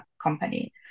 company